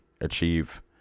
achieve